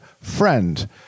friend